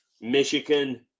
Michigan